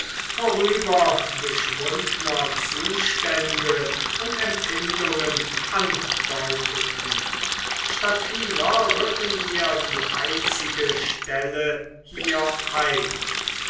zeit vorübergeschwundner zustände und empfindungen andeuteten statt vieler rücken wir die einzige stelle hier ein